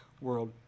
world